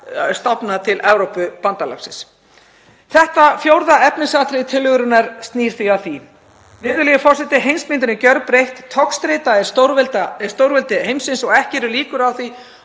stofnað til Evrópubandalagsins. Þetta fjórða efnisatriði tillögunnar snýr því að því. Virðulegi forseti. Heimsmyndin er gjörbreytt, togstreita milli stórvelda heimsins og ekki eru líkur á því